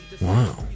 Wow